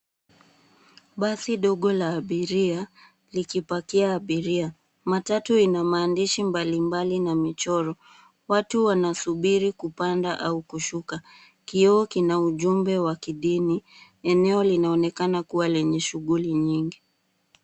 Basi ndogo la abiria likipakia abiria. Matatu ina maandishi mbalimbali na michoro. Watu wanasubiri kupanda au kushuka. Kioo kina ujumbe wa kidini. Eneo linaonekana kuwa lenye shughuli nyingi.